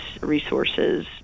resources